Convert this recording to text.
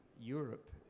Europe